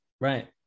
right